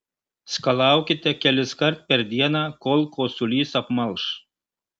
skalaukite keliskart per dieną kol kosulys apmalš